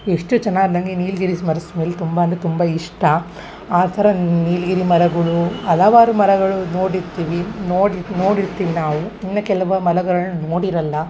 ಎಷ್ಟು ಚನಾಗ್ ನನಗೆ ನೀಲ್ಗಿರೀಸ್ ಮರ ಸ್ಮೆಲ್ ತುಂಬ ಅಂದರೆ ತುಂಬ ಇಷ್ಟ ಆ ಥರ ನೀಲಗಿರಿ ಮರಗಳು ಹಲವಾರು ಮರಗಳು ನೋಡಿರ್ತೀವಿ ನೋಡಿ ನೋಡಿರ್ತೀವಿ ನಾವು ಇನ್ನೂ ಕೆಲ್ವು ಮರಗಳ್ನ್ ನೋಡಿರಲ್ಲ